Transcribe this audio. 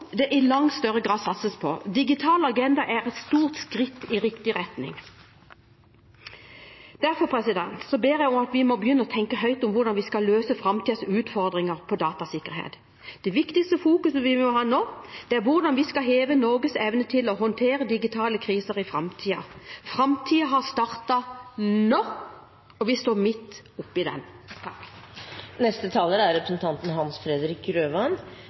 det i langt større grad satses på. «Digital agenda» er et stort skritt i riktig retning. Derfor ber jeg også om at vi må begynne å tenke høyt om hvordan vi skal løse framtidens utfordringer på datasikkerhet. Det viktigste fokuset vi må ha nå, er hvordan vi skal heve Norges evne til å håndtere digitale kriser i framtiden. Framtiden har startet nå, og vi står midt oppe i den. Tilgang til et elektronisk kommunikasjonsnett med god kapasitet er